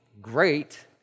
great